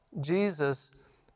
Jesus